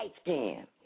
skin